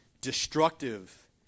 destructive